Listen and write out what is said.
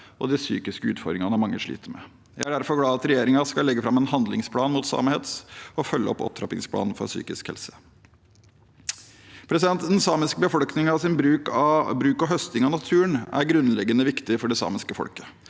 og de psykiske utfordringene mange sliter med. Jeg er derfor glad for at regjeringen skal legge fram en handlingsplan mot samehets og følge opp opptrappingsplanen for psykisk helse. Den samiske befolkningens bruk og høsting av naturen er grunnleggende viktig for det samiske folket